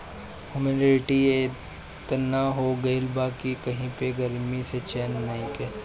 humidity एतना हो गइल बा कि कही पे गरमी से चैन नइखे